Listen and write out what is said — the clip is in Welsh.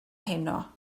heno